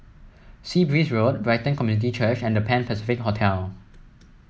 Sea Breeze Road Brighton Community Church and The Pan Pacific Hotel